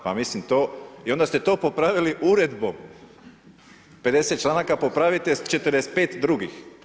Pa mislim to i onda ste to popravili uredbom, 50 članaka popravite, 45 drugih.